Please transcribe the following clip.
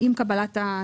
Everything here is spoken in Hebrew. ועם קבלת הסיכום,